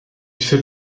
fait